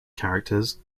characters